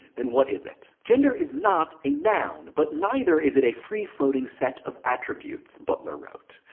then what is it? gender is not a noun but neither is it a free floating set of attributes, butler wrote.